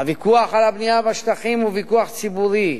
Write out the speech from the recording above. הוויכוח על הבנייה בשטחים הוא ויכוח ציבורי.